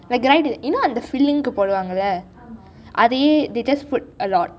the guy you know அந்த:antha filling க்கு போடுவாங்கலே அதை:ku poduvankalei athai they just put a lot